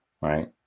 right